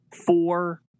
four